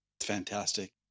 Fantastic